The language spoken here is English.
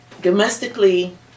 domestically